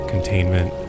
containment